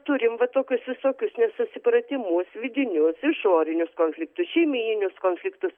turim va tokius visokius nesusipratimus vidinius išorinius konfliktus šeimyninius konfliktus